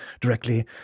directly